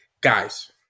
guys